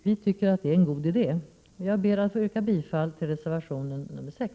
Vi tycker att det är en god idé. Jag ber att få yrka bifall till reservation nr 6.